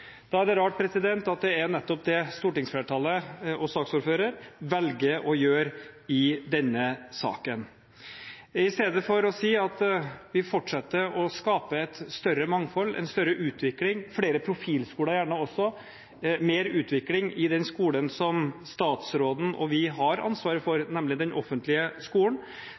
Da er det rart at det er nettopp det stortingsflertallet og saksordføreren velger å gjøre i denne saken. I stedet for å si at vi fortsetter å skape et større mangfold, en større utvikling, gjerne også flere profilskoler og mer utvikling i den skolen som statsråden og vi har ansvaret for, nemlig den offentlige skolen,